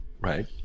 right